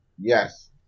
Yes